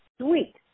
sweet